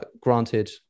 granted